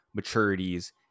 maturities